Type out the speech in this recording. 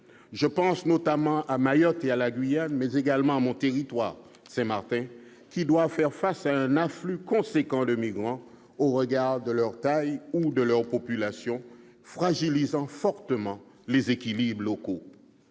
Je pense notamment à Mayotte et à la Guyane, mais également à mon territoire, Saint-Martin, qui doivent faire face à un afflux important de migrants au regard de leur taille ou de leur population, fragilisant fortement les équilibres locaux.